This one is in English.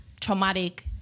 traumatic